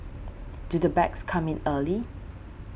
do the bags come in early